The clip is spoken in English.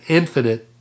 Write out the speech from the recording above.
infinite